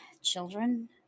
Children